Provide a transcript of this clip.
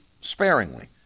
sparingly